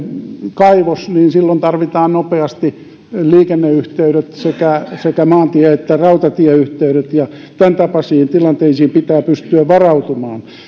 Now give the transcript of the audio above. kaivos niin silloin tarvitaan nopeasti liikenneyhteydet sekä sekä maantie että rautatieyhteydet ja tämäntapaisiin tilanteisiin pitää pystyä varautumaan